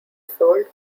sold